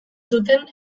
zuten